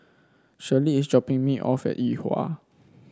Shirlie is dropping me off at Yuhua